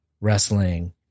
wrestling